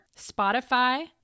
Spotify